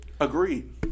Agreed